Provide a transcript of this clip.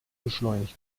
beschleunigt